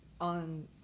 On